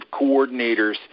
coordinators